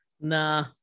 Nah